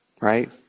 right